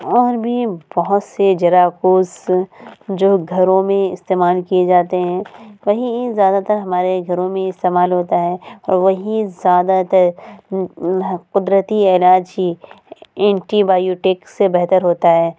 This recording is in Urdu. اور بھی بہت سے جراکوز جو گھروں میں استعمال کیے جاتے ہیں وہیں زیادہ تر ہمارے گھروں میں استعمال ہوتا ہے وہی زیادہ تر قدرتی الائچی اینٹی بایوٹک سے بہتر ہوتا ہے